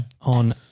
on